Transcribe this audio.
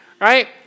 Right